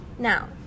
Now